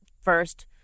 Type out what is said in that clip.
first